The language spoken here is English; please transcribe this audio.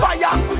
Fire